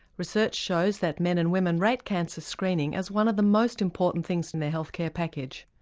research shows that men and women rate cancer screening as one of the most important things in their health care package.